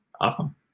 Awesome